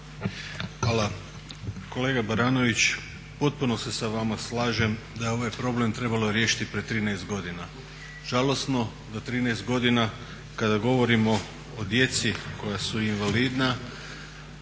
Hvala. Kolega Baranović, potpuno se sa vama slažem da je ovaj problem trebalo riješiti prije 13 godina. Žalosno da 13 godina kada govorimo o djeci koja su invalidna,